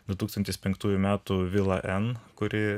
du tūkstantis penktųjų metų vila en kuri